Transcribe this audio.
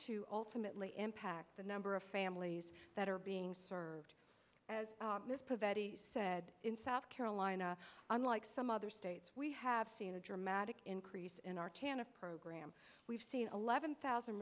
to ultimately impact the number of families that are being served as a vet he said in south carolina unlike some others we have seen a dramatic increase in our can of program we've seen eleven thousand